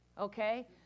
okay